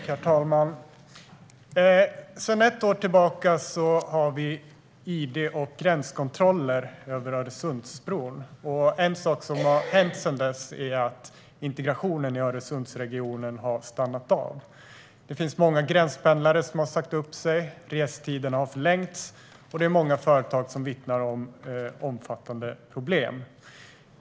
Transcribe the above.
Herr talman! Sedan ett år tillbaka har vi id och gränskontroller vid Öresundsbron. En sak som har hänt sedan dess är att integrationen i Öresundsregionen har stannat av. Många gränspendlare har sagt upp sig, restiderna har förlängts, och många företag vittnar om omfattande problem.